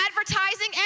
advertising